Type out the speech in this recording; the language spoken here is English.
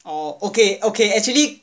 oh okay okay actually